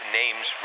names